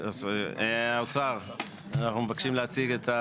האוצר, אנחנו מבקשים להציג.